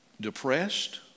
depressed